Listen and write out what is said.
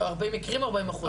40% או 40 מקרים?